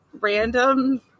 Random